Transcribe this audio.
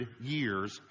years